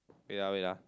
wait ah wait ah